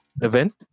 Event